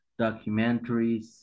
documentaries